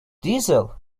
diesel